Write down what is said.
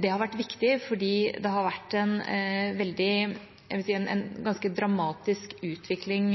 Det har vært viktig fordi det har vært en ganske dramatisk utvikling